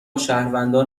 شهروندان